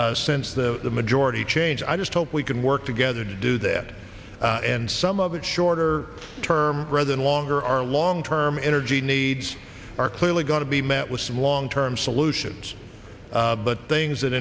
seen since the majority change i just hope we can work together to do that and some of it shorter term rather than longer are long term energy needs are clearly going to be met with some long term solutions but things that